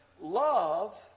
Love